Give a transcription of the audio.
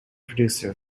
producer